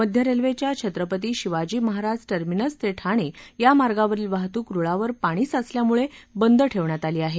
मध्य रेल्वेच्या छत्रपती शिवाजी महाराज टर्मिनस ते ठाणे या मार्गावरील वाहतुक रुळावर पाणी साचल्यामुळे बंद ठेवण्यात आली आहे